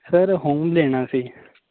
sir home ਲੈਣਾ ਸੀ